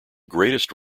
greatest